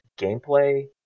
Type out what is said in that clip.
gameplay